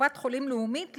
לקופת-חולים לאומית,